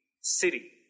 city